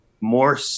more